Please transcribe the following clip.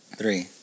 three